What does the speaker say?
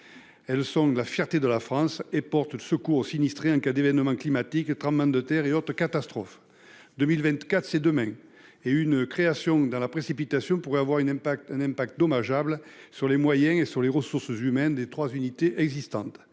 Elles sont la fierté de la France et portent secours aux sinistrés en cas d'événements climatiques, tremblements de terre et autres catastrophes. 2024, c'est demain : la création, dans la précipitation, de cette unité pourrait avoir un impact dommageable sur les moyens et sur les ressources humaines des trois unités existantes.